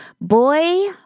Boy